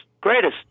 greatest